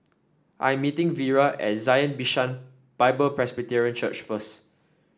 I am meeting Vira at Zion Bishan Bible Presbyterian Church first